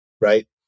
right